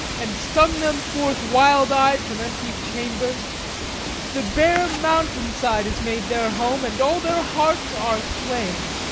and stung them forth wild-eyed from empty chambers the bare mountain side is made their home, and all their hearts are flame.